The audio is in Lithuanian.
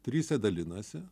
tryse dalinasi